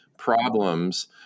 problems